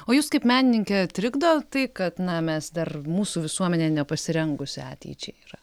o jus kaip menininkę trikdo tai kad na mes dar mūsų visuomenė nepasirengusi ateičiai yra